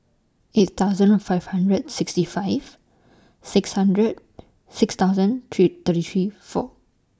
eight thousand five hundred sixty five six hundred six thousand three thirty three four